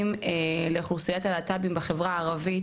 בנושא מענים לצעירים להט״בים בחברה הערבית.